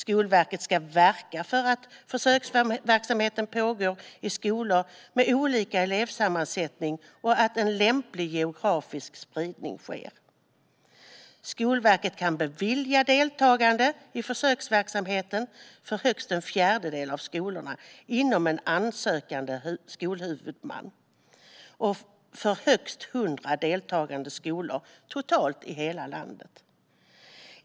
Skolverket ska verka för att försöksverksamheten pågår i skolor med olika elevsammansättningar och att en lämplig geografisk spridning sker. Skolverket kan bevilja deltagande i försöksverksamheten för högst en fjärdedel av skolorna inom en ansökande skolhuvudman och för högst 100 deltagande skolor totalt i hela landet.